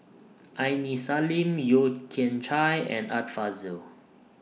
Aini Salim Yeo Kian Chai and Art Fazil